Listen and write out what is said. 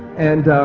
and ah.